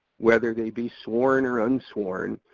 whether they be sworn or un-sworn,